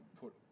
put